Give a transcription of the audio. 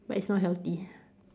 but it's not healthy